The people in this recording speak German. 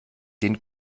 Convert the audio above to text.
den